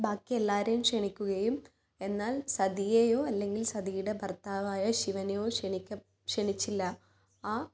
ബാക്കിയെല്ലാവരെയും ക്ഷണിക്കുകയും എന്നാൽ സതിയെയോ അല്ലെങ്കിൽ സതിയുടെ ഭർത്താവായ ശിവനെയോ ക്ഷണിക്ക ക്ഷണിച്ചില്ല ആ